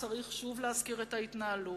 צריך שוב להזכיר את ההתנהלות.